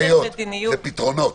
זה פתרונות.